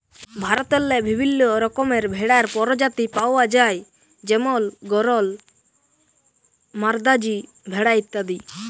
ভারতেল্লে বিভিল্ল্য রকমের ভেড়ার পরজাতি পাউয়া যায় যেমল গরল, মাদ্রাজি ভেড়া ইত্যাদি